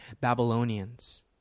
Babylonians